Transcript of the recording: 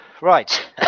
Right